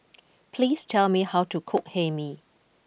please tell me how to cook Hae Mee